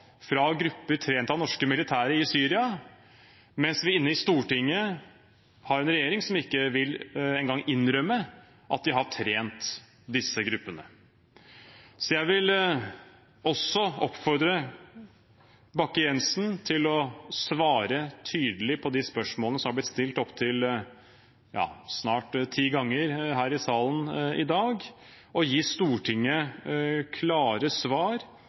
fra grupper som er trent av det norske militæret i Syria, mens vi inne på Stortinget har en regjering som ikke engang vil innrømme at de har trent disse gruppene. Så jeg vil også oppfordre Bakke-Jensen til å svare tydelig på de spørsmålene som har blitt stilt snart ti ganger her i salen i dag, og gi Stortinget klare svar